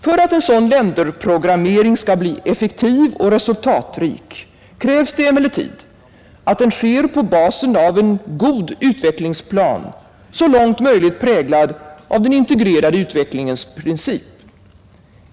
För att en sådan länderprogrammering skall bli effektiv och resultatrik krävs emellertid att den sker på basen av en god utvecklingsplan, så långt möjligt präglad av den integrerade utvecklingens princip.